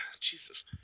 Jesus